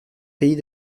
pays